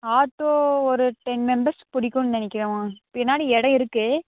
auto ஒரு ten members பிடிக்குன்னு நினைக்கிறேம்மா பின்னாடி இடம் இருக்குது